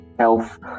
health